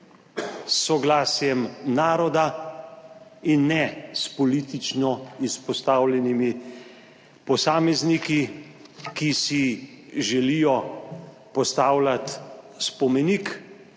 soglasjem naroda in ne s politično izpostavljenimi posamezniki, ki si želijo postavljati spomenik